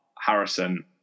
Harrison